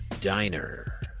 diner